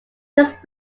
these